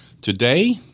Today